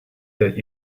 that